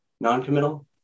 Non-committal